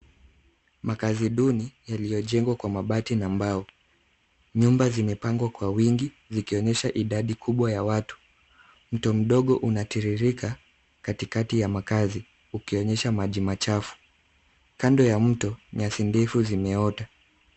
Makazi duni yaliyojengwa kwa mabati na mbao. Nyumba zimepangwa kwa wingi, zikionyesha idadi kubwa ya watu. Mto mdogo unatiririka katikati ya makazi, ukionyesha maji machafu. Kando ya mto, nyasi ndifu zimeota.